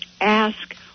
ask